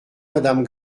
madame